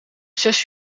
zes